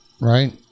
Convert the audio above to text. right